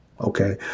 Okay